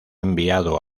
enviado